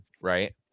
right